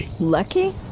Lucky